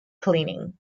cleaning